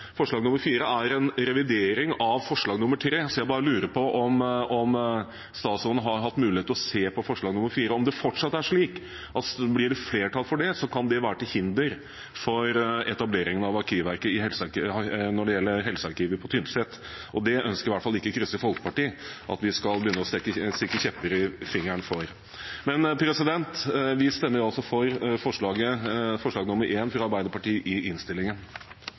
forslag som bl.a. hindrer etableringen av helsearkivet i Tynset. Forslag nr. 4 er en revidering av forslag nr. 3, så jeg bare lurer på om statsråden har hatt mulighet til å se på forslag nr. 4, og om det fortsatt er slik at om det blir flertall for det, kan det være til hinder for etableringen av helsearkivet på Tynset, og det ønsker i hvert fall ikke Kristelig Folkeparti at vi skal begynne å stikke kjepper i hjulet for. Men vi stemmer altså for forslag nr. 1 fra Arbeiderpartiet i innstillingen.